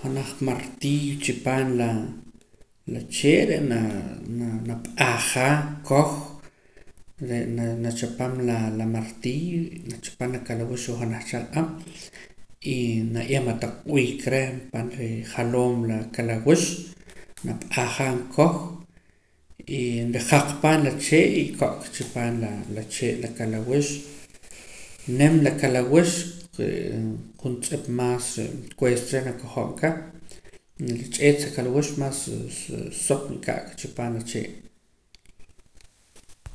janaj martillo chipaam la la chee' re na naa nap'ajaa koj re' na nachapam laa la martillo nachapam la kalaawux ruu' janaj cha aq'ab' y naye'em ma' taq b'iik reh pan rijaloom laa kalaawux nap'ajaam koj y nrijaq paam la chee' y iko'ka chipaam laa la chee' la kalaawux nim la kalaawux juntz'ip maas ree' kuesta reh nakojo'ka rich'eet sa kalaawux maass soq ika'ka chipaam la chee'